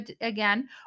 again